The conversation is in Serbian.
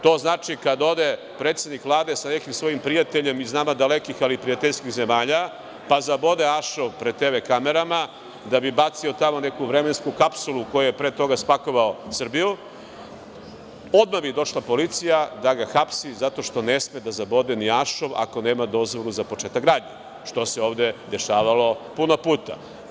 To znači kada ode predsednik Vlade sa nekim svojim prijateljem iz nama dalekih, ali prijateljskih zemalja, pa zabode ašov pred TV kamerama da bi bacio tamo neku vremensku kapsulu u koju je pre toga spakovao Srbiju, odmah bi došla policija da ga hapsi zato što ne sme da zabode ni ašov ako nema dozvolu za početak gradnje, što se ovde dešavalo puno puta.